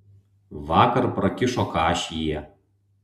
vakar prakišo kašį jie